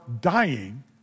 dying